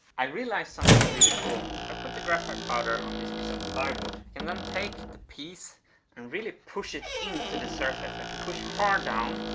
i realized something really cool. i put the graphite powder on this of plywood and then take the piece and really push it into the surface, i can push hard down